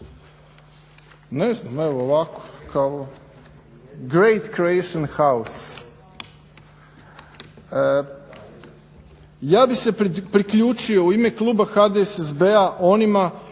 Ne znam, evo ovako kao great Croatia house. Ja bih se priključio u ime kluba HDSSB-a onima